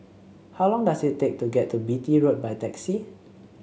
how long does it take to get to Beatty Road by taxi